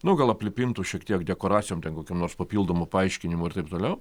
nu gal aplipintu šiek tiek dekoracijom ten kokiom nors papildomų paaiškinimų ir taip toliau